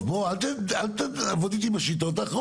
עזוב, אל תעבוד איתי עם השיטות האחרות.